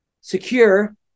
secure